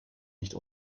nicht